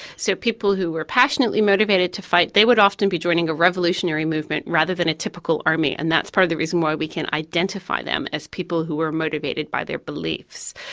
so people who were passionately motivated to fight, they would often be joining a revolutionary movement rather than a typical army, and that's part of the reason why we can identify them as people who were motivated by their beliefs.